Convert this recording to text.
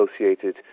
associated